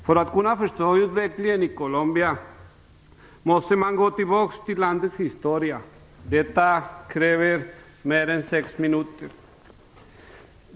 För att kunna förstå utvecklingen i Colombia måste man gå tillbaks till landets historia. Detta kräver mer än sex minuter.